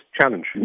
challenge